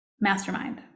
mastermind